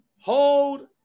Hold